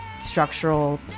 structural